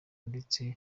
ndetse